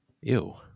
Ew